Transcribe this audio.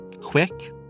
Quick